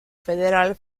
federal